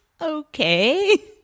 okay